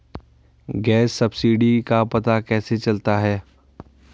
Gas subsidy का पता कैसे चलता है?